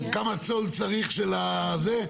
כמה הצעות צריך של הזה?